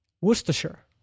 Worcestershire